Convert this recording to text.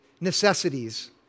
necessities